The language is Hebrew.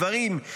גברים,